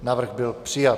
Návrh byl přijat.